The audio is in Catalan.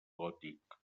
gòtic